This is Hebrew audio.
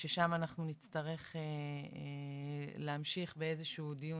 ששם אנחנו נצטרך להמשיך באיזה שהוא דיון